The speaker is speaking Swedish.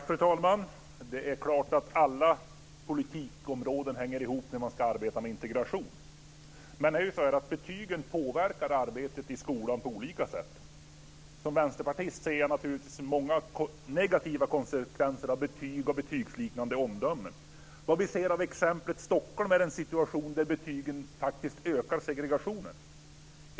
Fru talman! Det är klart att alla politikområden hänger ihop när man ska arbeta med integration. Men betygen påverkar arbetet i skolan på olika sätt. Som vänsterpartist ser jag naturligtvis många negativa konsekvenser av betyg och betygsliknande omdömen. Vad vi ser av exemplet Stockholm är en situation där betygen faktiskt ökar segregationen.